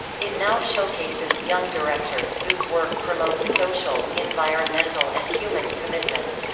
it now showcases young directors whose work promotes social, environmental and human commitment.